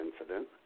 incident